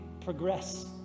progress